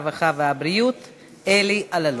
הרווחה והבריאות חבר הכנסת אלי אלאלוף.